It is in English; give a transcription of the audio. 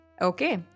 Okay